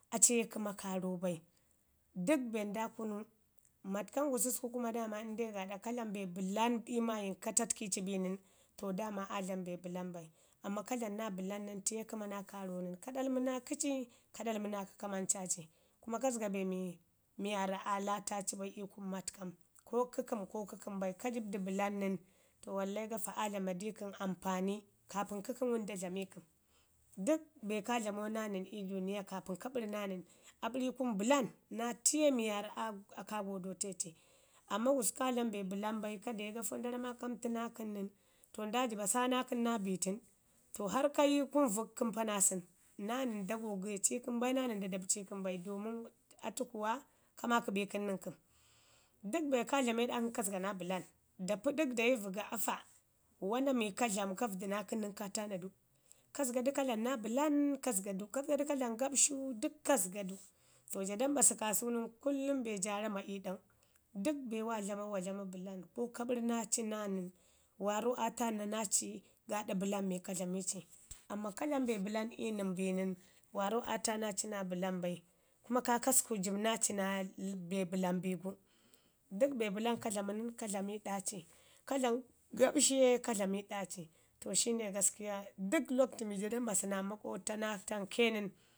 Aci ye kəma kaaro bai. Dək be nda kunu matkam gususku kuma daama inde gaaɗa ka dlam be bəlan ii maayin ka tatki ci bin nən to daama aa dlama be bəlan bai, amman ka dlamu naa bəlan nən liye kəma naa kaarak nən, ko ɗalmu naa kəci ka ɗalmu naa kə kamanca ci kuma ka zəga be mi mi waarra aa data ci bai ii kunu matkam ko kəkəm ko kəkəm bai, ka jibu du bəlam nən to wallai gafa aa dlama di kəm ampani kaapən kəkəm da dlamau naa nən ii duuniya kaapən ka bəri naa nən, aa bəri ii kun bəlan naa tiye mi waarra ka godete tu. Amma gusku ka dlam be bəlam bai ka de ramu ma ka mətu naa kəm nən to nda jibo saana kən naa bi tən pa naa sən naa nən da gogeti kəm bai naa nən da dapci kəm bai domin atu kuwa ka maaki bi kəm nən kəm. Dək be kaa dlame ɗa kəm ka jəgo naa bəlan da pədək dayi vəgi afa, wana mu ka dlamu ka vədu naa kəm nən kaa taana du. ka zəga du ka dlama naa bəlam ka zəga du, ka zəga ko dlamu gabshu dək. ka zəga du. To jo da mbasu kaasu nən kullumi ja rama ii ɗau. Dək be wa dlamau wa dlama bəlan, ko ka bəri naa nən, waarrau aa taana naa ci gaaɗa bəlan mi ka dlami ci, amman ka dlama be bəlan ii nən bi nən, waarrau aa taana ci naa bəlan bai, kumo kaakasku jibu naa ci naa be bəlan bi gu. Dək be bəlan ka dlamən, ka dlamu ɗa ci, ka dlam gaɓshu ye kadlami ɗa ci. To shine gaskiya, dək lakwtu mi ja da mbasu naa makwabta naa tamke nən